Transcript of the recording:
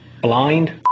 blind